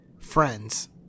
friends